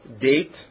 date